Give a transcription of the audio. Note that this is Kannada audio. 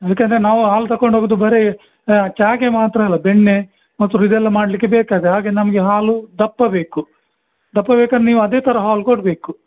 ಏಕೆ ಅಂದರೆ ನಾವು ಹಾಲು ತಗೊಂಡ್ ಹೋಗೋದು ಬರೇ ಚಹಾಕ್ಕೆ ಮಾತ್ರ ಅಲ್ಲ ಬೆಣ್ಣೆ ಮೊಸರು ಇದೆಲ್ಲಾ ಮಾಡ್ಲಿಕ್ಕೆ ಬೇಕಾದ್ ಹಾಗೆ ನಮಗೆ ಹಾಲು ದಪ್ಪ ಬೇಕು ದಪ್ಪ ಬೇಕಾರ್ದೆ ನೀವು ಅದೇ ಥರ ಹಾಲು ಕೊಡಬೇಕು